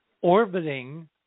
orbiting